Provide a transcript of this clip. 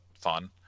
fun